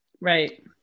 Right